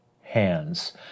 hands